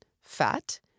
fat